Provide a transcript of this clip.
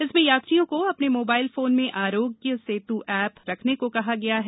इसमें यात्रियों को अपने मोबाइल फोन में आरोग्य सेत् ऐप रखने को कहा गया है